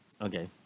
okay